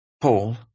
Paul